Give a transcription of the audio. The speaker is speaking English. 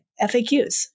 FAQs